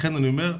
לכן אני אומר,